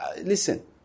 Listen